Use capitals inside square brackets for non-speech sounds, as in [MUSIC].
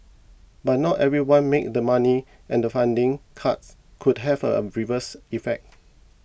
but not everyone made the money and the funding cuts could have a [HESITATION] reverse effect